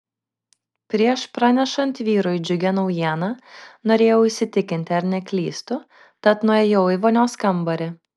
prieš pranešant vyrui džiugią naujieną norėjau įsitikinti ar neklystu tad nuėjau į vonios kambarį